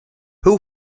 who